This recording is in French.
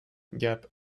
gap